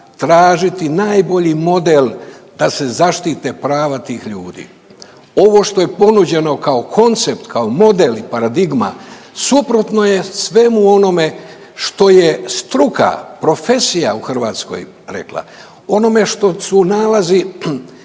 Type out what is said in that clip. tražiti najbolji model da se zaštite prava tih ljudi. Ovo što je ponuđeno kao koncept, kao model i paradigma suprotno je svemu onome što je struka, profesija u Hrvatskoj rekla, onome što su nalazi